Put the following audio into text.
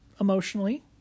emotionally